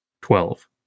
Twelve